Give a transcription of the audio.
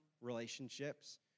relationships